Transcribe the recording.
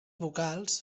vocals